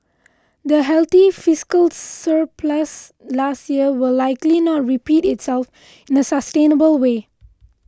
the healthy fiscal surplus last year will likely not repeat itself in a sustainable way